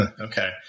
Okay